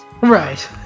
Right